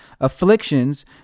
afflictions